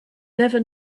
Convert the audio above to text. never